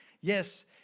yes